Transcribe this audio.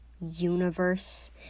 universe